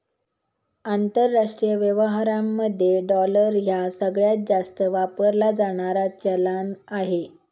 आंतरराष्ट्रीय व्यवहारांमध्ये डॉलर ह्या सगळ्यांत जास्त वापरला जाणारा चलान आहे